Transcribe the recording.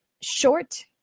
short